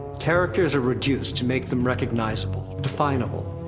characters are reduced to make them recognizable, definable.